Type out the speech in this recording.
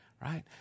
Right